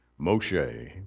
Moshe